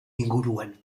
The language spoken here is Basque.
inguruan